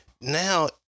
Now